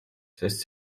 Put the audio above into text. sest